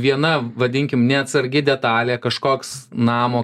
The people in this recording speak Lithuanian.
viena vadinkim neatsargi detalė kažkoks namo